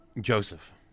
Joseph